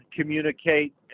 communicate